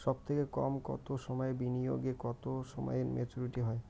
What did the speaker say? সবথেকে কম কতো সময়ের বিনিয়োগে কতো সময়ে মেচুরিটি হয়?